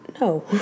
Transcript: no